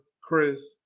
Chris